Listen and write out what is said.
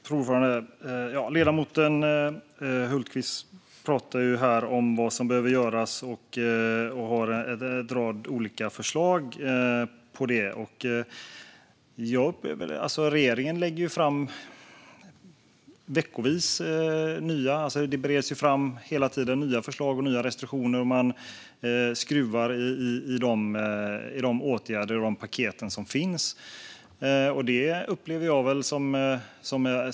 Fru talman! Ledamoten Hultberg pratar om vad som behöver göras och har en rad olika förslag. Regeringen lägger ju veckovis fram nya förslag och nya restriktioner och skruvar i de åtgärder och paket som finns. Jag upplever det som bra.